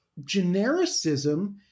genericism